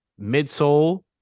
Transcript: midsole